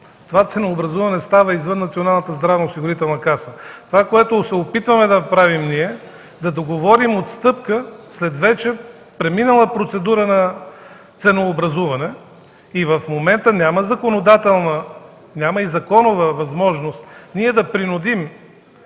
Това ценообразуване става извън Националната здравноосигурителна каса. Това, което се опитваме да направим ние – да договорим отстъпка след вече преминала процедура на ценообразуване. И в момента няма законодателна, няма и законова възможност ние да принудим